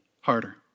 harder